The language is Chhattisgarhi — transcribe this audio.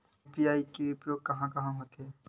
यू.पी.आई के उपयोग कहां कहा होथे?